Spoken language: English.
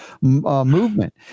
movement